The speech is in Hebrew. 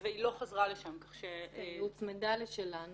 והיא לא חזרה לשם --- היא הוצמדה לשלנו